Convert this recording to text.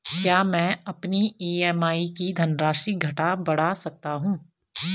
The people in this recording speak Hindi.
क्या मैं अपनी ई.एम.आई की धनराशि घटा बढ़ा सकता हूँ?